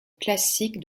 classique